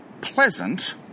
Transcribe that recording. pleasant